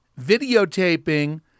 videotaping